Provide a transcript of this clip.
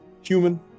human